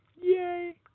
Yay